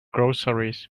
groceries